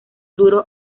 duro